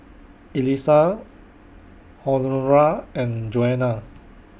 Elissa Honora and Joana